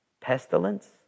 pestilence